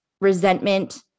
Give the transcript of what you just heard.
resentment